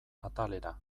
atalera